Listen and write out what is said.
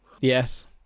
yes